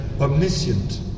omniscient